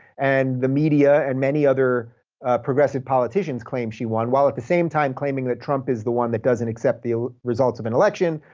and the media and many other progressive politicians claim she won, while at the same time claiming that trump is the one that doesn't accept the ah results of an election,